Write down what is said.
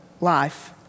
life